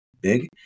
big